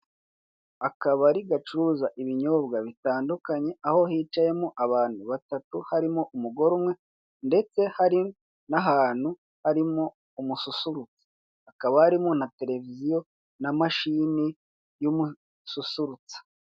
Akabari gacuruza ibinyobwa bitandukanye aho hicayemo abantu batatu harimo umugore umwe ndetse hari n'ahantu harimo umususurutsa, hakaba harimo na televiziyo na mashini y'umususurutsa.